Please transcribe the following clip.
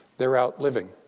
they're out living.